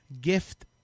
gift